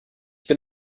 bin